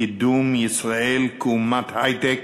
קידום ישראל כאומת היי-טק